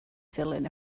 ddilyn